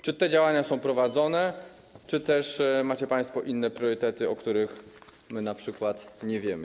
Czy te działania są prowadzone, czy też macie państwo inne priorytety, o których my np. nie wiemy?